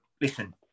listen